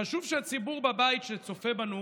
חשוב שהציבור בבית שצופה בנו,